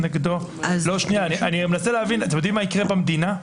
אתם מבינים מה יקרה במדינה?